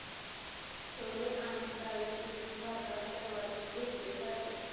छोले आणि डाळीचे पीक भारतात सर्वाधिक घेतले जाते